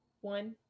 one